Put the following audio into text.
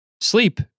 sleep